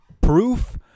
Proof